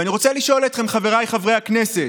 ואני רוצה לשאול אתכם, חבריי חברי הכנסת,